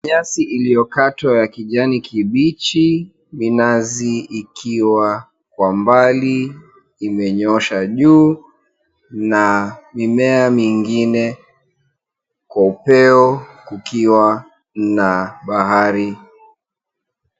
Nyasi iliokatwa ya kijani kibichi, minazi ikiwa kwa mbali imenyoosha juu na mimea mingine kwa upeo kukiwa na bahari.